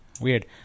weird